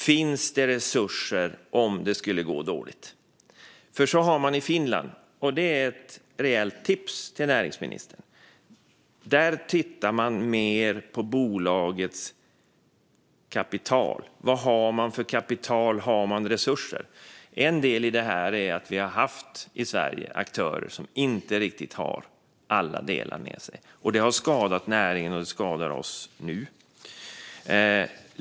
Finns det resurser om det skulle gå dåligt? Så har man det i Finland. Det är ett reellt tips till näringsministern. Där tittar man mer på vilket kapital bolaget har. Har det resurser? I Sverige har vi haft aktörer som inte riktigt haft alla delar med sig. Det har skadat näringen, och det skadar oss nu.